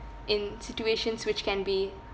in situations which can be